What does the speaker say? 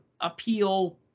appeal